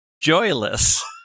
Joyless